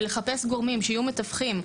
ולחפש גורמים שיהיו מתווכים,